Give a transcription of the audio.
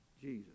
Jesus